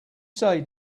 say